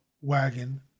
wagon